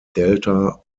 delta